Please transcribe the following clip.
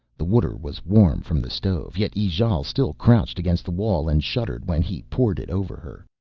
the water was warm from the stove, yet ijale still crouched against the wall and shuddered when he poured it over her.